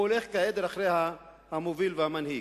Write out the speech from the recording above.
הוא הולך כעדר אחרי המוביל והמנהיג.